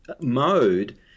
mode